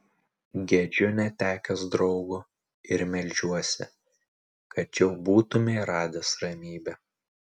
gedžiu netekęs draugo ir meldžiuosi kad jau būtumei radęs ramybę